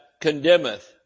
condemneth